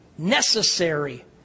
Necessary